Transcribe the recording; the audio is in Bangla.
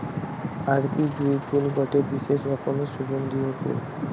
আরবি জুঁই ফুল গটে বিশেষ রকমের সুগন্ধিও ফুল